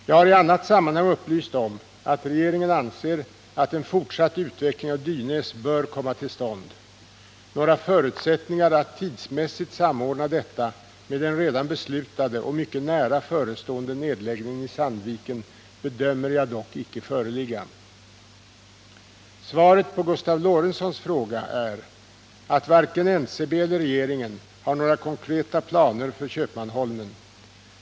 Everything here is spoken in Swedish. Jag har i ett annat sammanhang upplyst om att regeringen anser att en fortsatt utveckling av Dynäs bör komma till stånd. Några förutsättningar att tidsmässigt samordna detta med den redan beslutade och mycket nära förestående nedläggningen i Sandviken bedömer jag dock inte föreligga. Svaret på Gustav Lorentzons fråga är att varken NCB eller regeringen har några konkreta planer för Köpmanholmen.